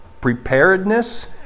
preparedness